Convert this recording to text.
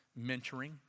mentoring